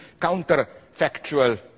counterfactual